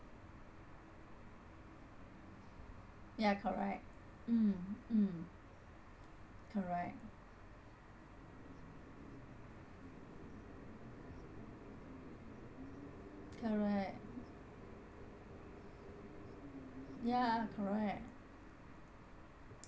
yeah correct mm mm correct correct yeah correct